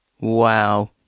Wow